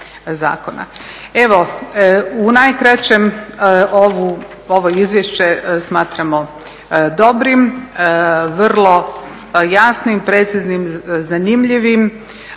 Evo, u najkraćem ovo izvješće smatramo dobrim, vrlo jasnim, preciznim, zanimljivim,